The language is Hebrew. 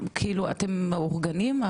אתם מאורגנים?